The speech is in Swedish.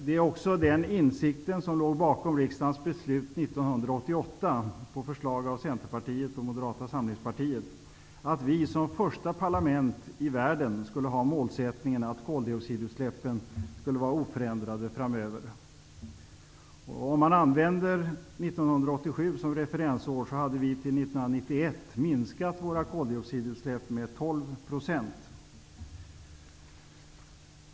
Det var också denna insikt som låg bakom riksdagens beslut 1988, på förslag av Centerpartiet och Moderata samlingspartiet, att vi som första parlament i världen skulle ha målsättningen att koldioxidutsläppen skulle vara oförändrade framöver. Om man använder 1987 som referensår, hade vi till 1991 minskat våra koldioxidutsläpp med 12 %.